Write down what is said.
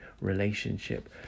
relationship